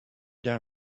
down